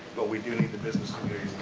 but we do need the business